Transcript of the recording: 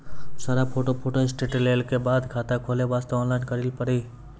सारा photo photostat लेल के बाद खाता खोले वास्ते ऑनलाइन करिल पड़ी?